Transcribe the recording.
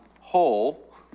hole